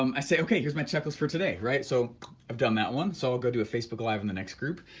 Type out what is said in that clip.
um i say, okay, here's my checklist for today, right? so i've done that one, so i'll go do a facebook live in the next group,